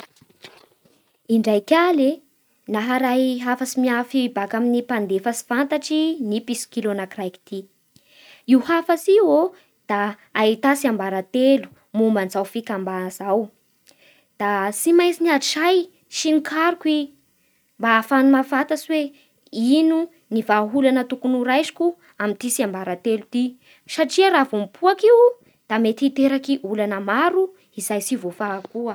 Indraiky haly e, maharay hafatsy miafy baka amin'ny mpandefa tsy fantatsy ny mpitsikilo anakiraiky ty Io hafatsy io ô da ahita tsiambara-telo momban'izao fikambana zao Da tsy maintsy miady say sy nikaroky i mba ahafahany mahafantatsy hoe ino ny vahaolana tokony ho raisiko amin'ity tsiambara-telo ity, satria raha vao mipoaky io da mety hiteraky olana maro mety tsy ho voavaha ko